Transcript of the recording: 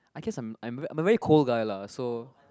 I guess I'm I'm I'm a very cold guy lah so